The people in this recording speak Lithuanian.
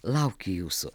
laukiu jūsų